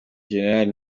generali